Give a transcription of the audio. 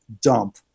dump